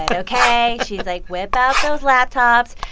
and ok? she was like, whip out those laptops,